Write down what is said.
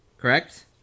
Correct